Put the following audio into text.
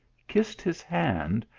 kissed his hand,